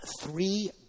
three